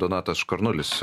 donatas škarnulis